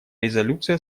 резолюция